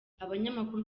abanyamakuru